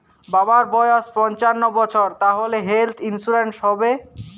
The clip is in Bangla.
বাবার বয়স পঞ্চান্ন বছর তাহলে হেল্থ ইন্সুরেন্স হবে?